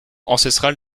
ancestrale